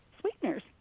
sweeteners